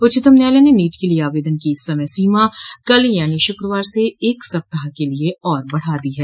उच्चतम न्यायालय ने नीट के लिए आवेदन की समय सीमा कल यानी शुक्रवार से एक सप्ताह के लिए और बढ़ा दी है